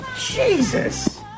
Jesus